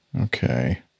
okay